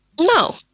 No